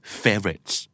favorites